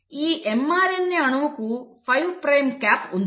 ఈ mRNA అణువుకు 5 prime cap ఉంది